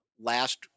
last